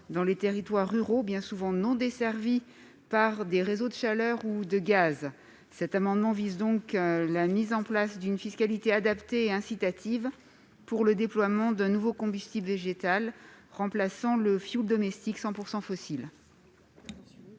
dans des territoires ruraux bien souvent non desservis par des réseaux de chaleur ou de gaz. Cet amendement a donc pour objet la mise en place d'une fiscalité adaptée et incitative pour le déploiement d'un nouveau combustible végétal remplaçant le fioul domestique 100 % fossile.